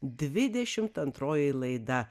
dvidešim antroji laida